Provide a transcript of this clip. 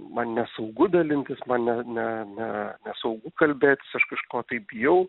man nesaugu dalintis man ne ne ne nesaugu kalbėtis aš kažko tai bijau